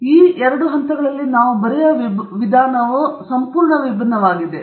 ಆದ್ದರಿಂದ ಈ ಎರಡು ಹಂತಗಳನ್ನು ನಾವು ಬರೆಯುವ ವಿಧಾನವು ವಿಭಿನ್ನವಾಗಿದೆ